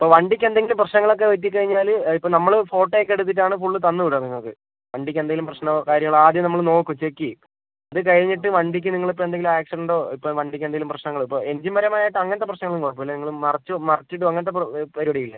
ഇപ്പം വണ്ടിയ്ക്ക് എന്തെങ്കിലും പ്രശ്നങ്ങളൊക്ക പറ്റി കയിഞ്ഞാൽ ഇപ്പം നമ്മൾ ഫോട്ടോ ഒക്കെ എടുത്തിട്ട് ആണ് ഫുൾ തന്നു വിടുക നിങ്ങൾക്ക് വണ്ടിയ്ക്ക് എന്തെങ്കിലും പ്രശ്നമോ കാര്യങ്ങളോ ആദ്യം നമ്മൾ നോക്കും ചെക്ക് ചെയ്യും അതു കഴിഞ്ഞിട്ട് വണ്ടിയ്ക്ക് നിങ്ങളിപ്പം എന്തെങ്കിലും ആക്സിഡൻ്റോ ഇപ്പം വണ്ടിയ്ക്ക് എന്തെങ്കിലും പ്രശ്നങ്ങൾ ഇപ്പം എഞ്ചിൻ പരമായിട്ട് അങ്ങനത്തെ പ്രശ്നങ്ങളൊന്നും കുഴപ്പം ഇല്ല നിങ്ങൾ മറിച്ച് മറിച്ച് ഇടുകയോ അങ്ങനത്തെ പരിപാടി ഒക്കെ ഇല്ലെ